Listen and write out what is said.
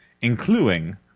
including